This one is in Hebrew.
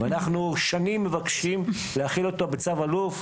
אנחנו שנים מבקשים להחיל אותו בצו אלוף,